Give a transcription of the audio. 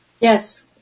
Yes